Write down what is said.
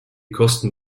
kosten